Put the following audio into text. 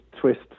twist